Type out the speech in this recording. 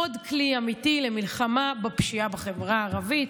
עוד כלי אמיתי למלחמה בפשיעה בחברה הערבית.